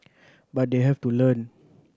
but they have to learn